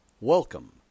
Welcome